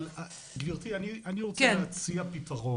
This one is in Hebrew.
אבל גברתי, אני רוצה להציע פתרון.